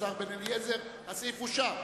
הצבעתו של השר בן-אליעזר, הסעיף אושר.